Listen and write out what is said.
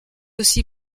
aussi